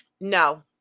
No